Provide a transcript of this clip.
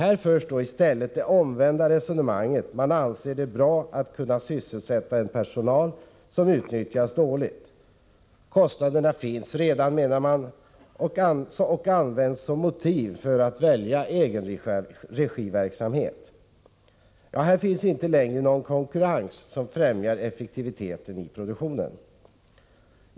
I stället förs det omvända resonemanget, dvs. att det anses bra att personal som utnyttjas dåligt kan sysselsättas. Kostnaderna finns redan och anförs som motiv för att välja egenregiverksamhet. Det finns då inte längre någon konkurrens som främjar effektiviteten i produktionen.